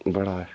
बड़ा ऐ